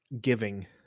giving